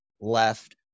left